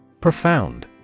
Profound